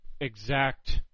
exact